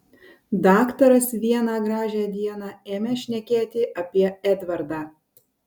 daktaras vieną gražią dieną ėmė šnekėti apie edvardą